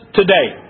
today